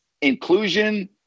inclusion